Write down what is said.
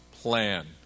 plan